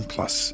Plus